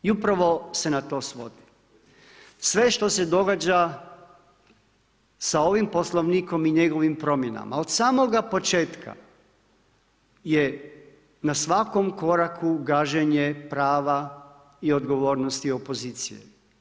I u pravo se na to svodi sve što se događa sa ovim Poslovnikom i njegovim promjenama od samoga početka je na svakom koraku gaženje prava i odgovornosti opozicije.